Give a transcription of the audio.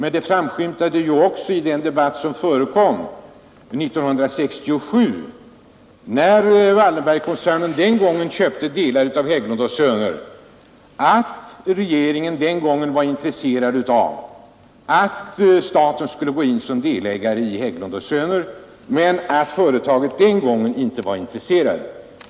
I den debatt som fördes 1967 — när Wallenbergkoncernen köpte delar av Hägglund & Söner — framskymtade, att regeringen den gången var intresserad av att staten skulle gå in som delägare i Hägglund & Söner, men att företaget inte var intresserat.